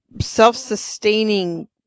self-sustaining